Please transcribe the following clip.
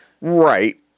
Right